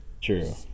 True